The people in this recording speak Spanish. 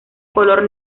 color